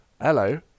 Hello